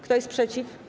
Kto jest przeciw?